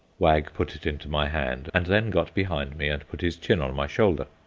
wag put it into my hand and then got behind me and put his chin on my shoulder.